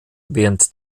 während